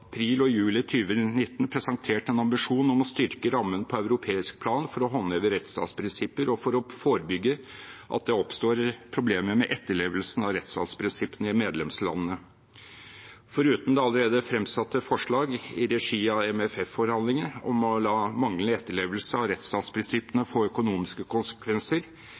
april og juli 2019, presentert en ambisjon om å styrke rammen på europeisk plan for å håndheve rettsstatsprinsipper og for å forebygge at det oppstår problemer med etterlevelsen av rettsstatsprinsippene i medlemslandene. Foruten det allerede fremsatte forslag i regi av MFF-forhandlingene om å la manglende etterlevelse av rettsstatsprinsippene få økonomiske konsekvenser,